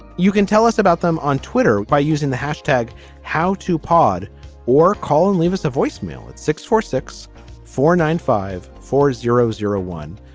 you can tell us about them on twitter by using the hashtag how to pod or call and leave us a voicemail at six four six four nine five four zero zero one.